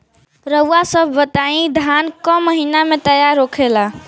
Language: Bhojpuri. रउआ सभ बताई धान क महीना में तैयार होखेला?